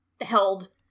held